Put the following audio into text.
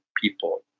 people